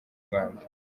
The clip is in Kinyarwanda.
rwanda